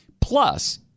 Plus